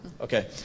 Okay